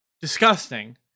disgusting